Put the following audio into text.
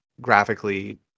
graphically